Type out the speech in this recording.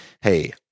hey